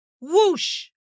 Whoosh